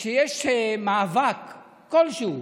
שכשיש מאבק כלשהו